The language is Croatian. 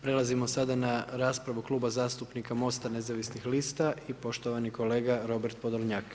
Prelazimo sada na raspravu Kluba zastupnika Most-a nezavisnih lista i poštovani kolega Robert Podoljnjak.